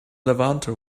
levanter